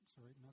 sorry